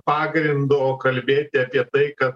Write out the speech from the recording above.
pagrindo kalbėti apie tai kad